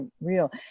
real